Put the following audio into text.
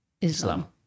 Islam